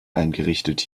eingerichtet